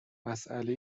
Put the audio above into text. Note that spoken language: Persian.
مساله